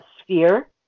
sphere